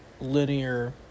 linear